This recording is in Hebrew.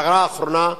הערה אחרונה,